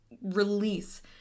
release